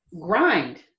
grind